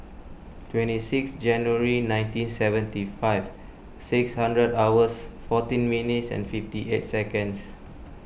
twenty six January nineteen seventy five six hundred hours fourteen minutes and fifty eight seconds